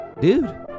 dude